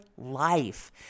life